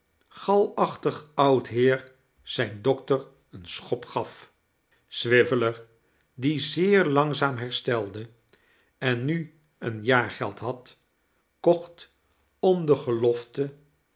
galachtig oud heer zijn dokter een schop gaf swiveller die zeer langzaam herstelde en nu een jaargeld had kocht om de gelofte